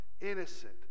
innocent